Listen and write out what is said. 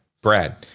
Brad